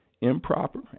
improper